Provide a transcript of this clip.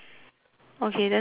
okay then circle that